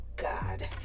God